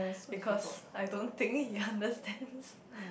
because I don't think he understands